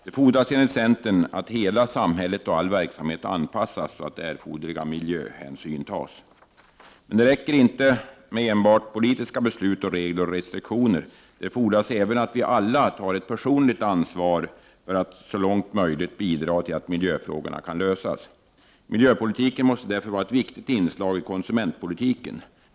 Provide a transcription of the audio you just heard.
Det fordras enligt centern att hela samhället och all verksamhet i det anpassas så att erforderliga miljöhänsyn tas. Det räcker emellertid inte med enbart politiska beslut, regler och restriktioner. Det fordras även att vi alla tar ett personligt ansvar för att så långt möjligt bidra till att lösa miljöproblemen. Miljöpolitiken måste därför vara — Prot. 1989/90:45 ett viktigt inslag i konsumentpolitiken.